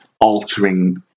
altering